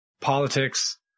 politics